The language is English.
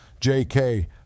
JK